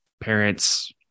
parents